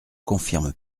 confirme